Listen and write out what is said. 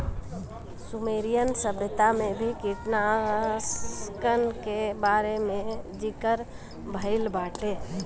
Sumerian सभ्यता में भी कीटनाशकन के बारे में ज़िकर भइल बाटे